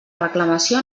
reclamació